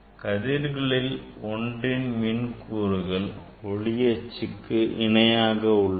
கதிர்களில் ஒன்றின் மின் கூறுகள் ஒளி அச்சுக்கு இணையாக உள்ளது